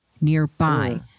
nearby